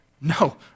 no